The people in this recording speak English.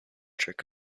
trick